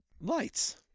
lights